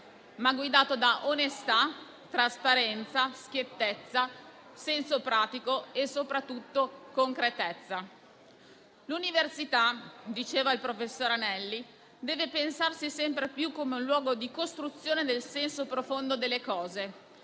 ma guidato da onestà, trasparenza, schiettezza, senso pratico e soprattutto concretezza. L'università, diceva il professor Anelli, deve pensarsi sempre più come un luogo di costruzione del senso profondo delle cose,